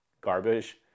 garbage